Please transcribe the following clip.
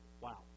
Wow